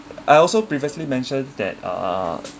I also previously mentioned that uh